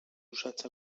usats